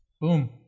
boom